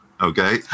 Okay